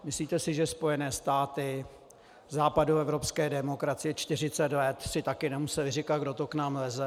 Myslíte si, že Spojené státy, západoevropské demokracie 40 let si také nemusely říkat kdo to k nám leze?